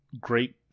great